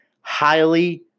highly